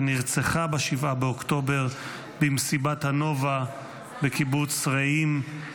שנרצחה ב-7 באוקטובר במסיבת הנובה בקיבוץ רעים.